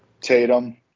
Tatum